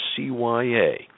CYA